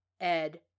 Ed